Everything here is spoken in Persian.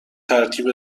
ترتیب